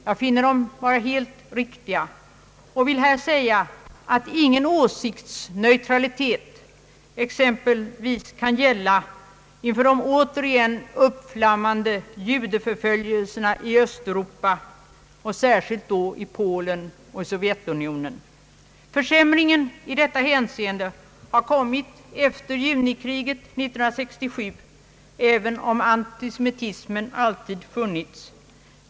Jag finner dem vara helt riktiga och vill här säga att ingen åsiktsneutralitet kan gälla exempelvis inför de återigen uppflammande judeförföljelserna i Östeuropa, särskilt då i Polen och Sovjetunionen. Försämringen i detta hänseende har inträtt efter junikriget 1967 även om antisemitismen alltid funnits.